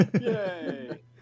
Yay